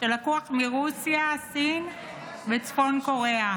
שלקוח מרוסיה, סין וצפון קוריאה,